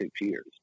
years